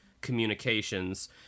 Communications